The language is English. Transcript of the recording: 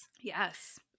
Yes